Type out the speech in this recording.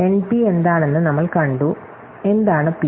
NP എന്താണെന്ന് നമ്മൾ കണ്ടു എന്താണ് പി